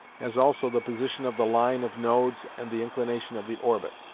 as also the position of the line of nodes and the inclination of the orbit.